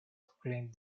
proclaimed